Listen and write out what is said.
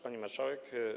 Pani Marszałek!